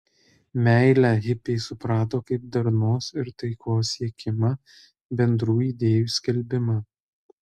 meilę hipiai suprato kaip darnos ir taikos siekimą bendrų idėjų skelbimą